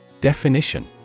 Definition